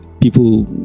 people